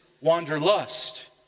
wanderlust